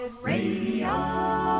Radio